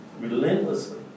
relentlessly